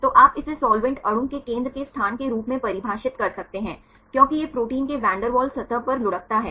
तो आप इसे साल्वेंट अणु के केंद्र के स्थान के रूप में परिभाषित कर सकते हैं क्योंकि यह प्रोटीन के वैन डेर वाल्स सतह पर लुढ़कता है